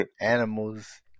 animals